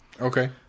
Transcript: Okay